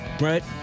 right